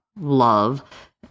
love